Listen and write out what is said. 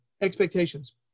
Expectations